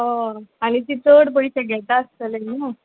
हय आनी ती चड पयशें घेता आसतले नू